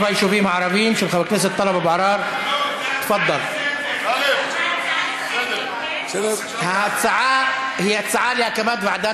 היישובים הערביים.) נעבור להצעה לסדר-היום מס' 6451: הצורך בהקמת ועדת